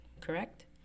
correct